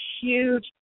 Huge